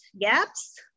gaps